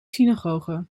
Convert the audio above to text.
synagoge